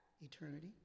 Eternity